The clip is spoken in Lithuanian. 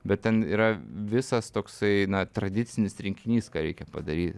bet ten yra visas toksai tradicinis rinkinys ką reikia padaryt